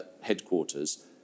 headquarters